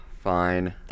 fine